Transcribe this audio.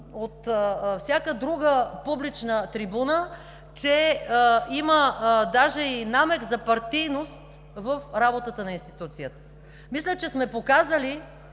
от всяка друга публична трибуна, че има даже и намек за партийност в работата на институцията. Мисля, че сме показали